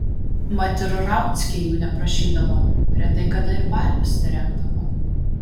mat ir rauckiai jų neprašydavo retai kada ir balius terengdavo